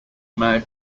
may